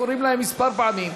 קוראים להם כמה פעמים.